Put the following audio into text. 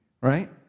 right